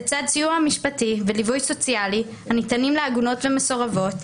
לצד סיוע משפטי וליווי סוציאלי הניתנים לעגונות ומסורבות,